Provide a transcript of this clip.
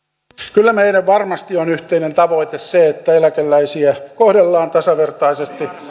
kyllä varmasti meidän yhteinen tavoitteemme on se että eläkeläisiä kohdellaan tasavertaisesti